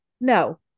No